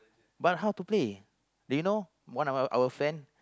but how to play they you know one our our friend